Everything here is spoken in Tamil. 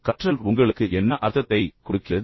அல்லது கற்றல் உங்களுக்கு என்ன அர்த்தத்தை கொடுக்கிறது